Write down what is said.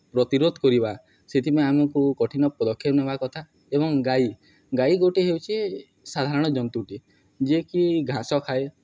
ପ୍ରତିରୋଧ କରିବା ସେଥିପାଇଁ ଆମକୁ କଠିନ ପଦକ୍ଷେପ ନେବା କଥା ଏବଂ ଗାଈ ଗାଈ ଗୋଟେ ହେଉଛି ସାଧାରଣ ଜନ୍ତୁଟିଏ ଯିଏକି ଘାସ ଖାଏ